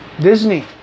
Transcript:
Disney